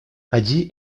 allí